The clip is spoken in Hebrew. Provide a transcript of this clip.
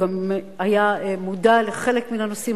הוא גם היה מודע לחלק מהנושאים,